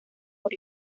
por